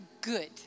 good